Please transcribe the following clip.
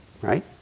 right